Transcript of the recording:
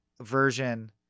version